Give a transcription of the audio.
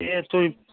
ਇਸ ਤੋਂ